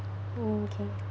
oh okay